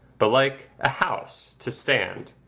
but like a house to stand.